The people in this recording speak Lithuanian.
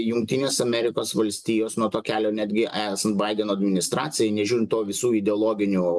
jungtinės amerikos valstijos nuo to kelio netgi esant baideno administracijai nežiūrint to visų ideologinių